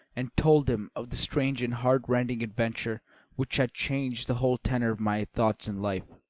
and told him of the strange and heart-rending adventure which had changed the whole tenor of my thoughts and life,